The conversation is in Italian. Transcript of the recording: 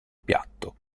piatto